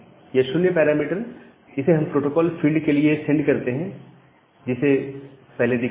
यह 0 पैरामीटर इसे हम प्रोटोकॉल फील्ड के लिए सेंड करते हैं जिसे पहले दिखाया है